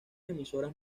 emisoras